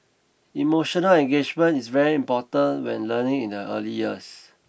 emotional engagement is very important when learning in the early years